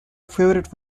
favourite